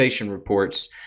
reports